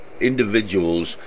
individuals